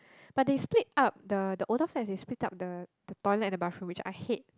but they split up the the older flat they split up the the toilet and the bathroom which I hate